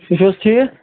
تُہۍ چھِو حظ ٹھیٖک